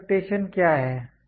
expectation क्या है